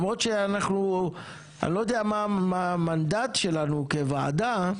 אני לא יודע מה המנדט שלנו כוועדה.